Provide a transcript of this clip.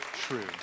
true